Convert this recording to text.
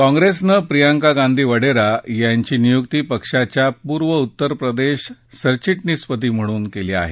काँग्रेसनं प्रियंका गांधी वडरा यांची नियुक्ती पक्षाच्या पूर्व उत्तरप्रदेश सरचिटणीस म्हणून केली आहे